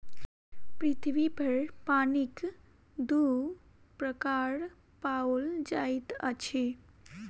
पृथ्वी पर पानिक दू प्रकार पाओल जाइत अछि